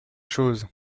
chose